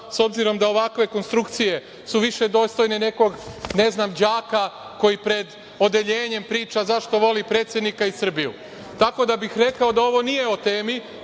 s obzirom da ovakve konstrukcije su više dostojne nekog, ne znam đaka, koji pred odeljenjem priča zašto voli predsednika i Srbiju, tako da bih rekao da ovo nije o temi.